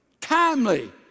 Timely